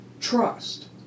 trust